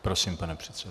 Prosím, pane předsedo.